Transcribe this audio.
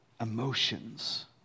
emotions